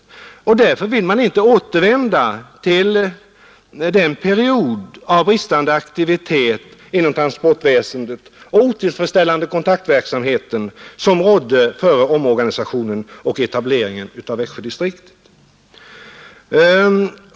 På grund av dessa negativa erfarenheter vill man inte återvända till en sådan period av bristande aktivitet inom transportväsendet och otillfreds ställande kontaktverksamhet som rådde före omorganisationen och etableringen av Växjödistriktet.